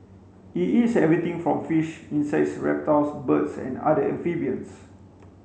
it eats everything from fish insects reptiles birds and other amphibians